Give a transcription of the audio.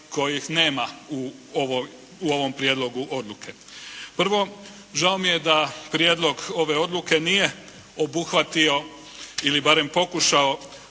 kojih nema u ovom prijedlogu odluke. Prvo, žao mi je da prijedlog ove odluke nije obuhvatio ili barem pokušao